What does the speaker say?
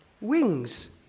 wings